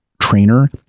trainer